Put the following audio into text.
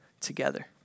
together